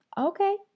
okay